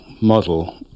model